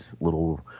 little